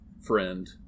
Friend